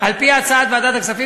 על-פי הצעת ועדת הכספים,